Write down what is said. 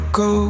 go